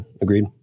Agreed